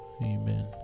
amen